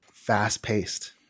Fast-paced